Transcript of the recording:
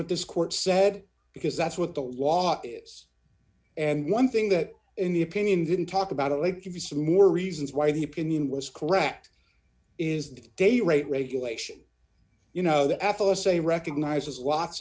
what this court said because that's what the law is and one thing that in the opinion didn't talk about it later could be some more reasons why the opinion was correct is the day rate regulation you know the f s a recognizes lots